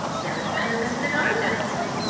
there are some of them that i don't know.